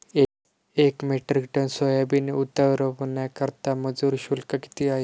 एक metric ton soybean उतरवण्याकरता मजूर शुल्क किती आहे?